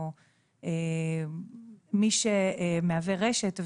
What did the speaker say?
או מי שמהווה רשת,